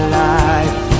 life